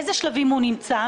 באיזה שלבים הוא נמצא?